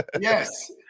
Yes